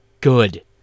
Good